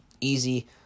easy